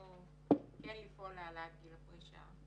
שבכוונתו כן לפעול להעלאת גיל הפרישה.